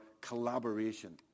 collaboration